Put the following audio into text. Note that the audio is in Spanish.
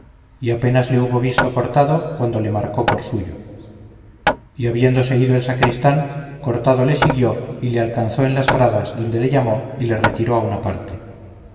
y apenas le hubo visto cortado cuando le marcó por suyo y habiéndose ido el sacristán cortado le siguió y le alcanzó en las gradas donde le llamó y le retiró a una parte